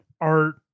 art